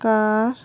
ꯀꯥ